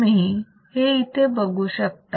तुम्ही ते इथे बघू शकता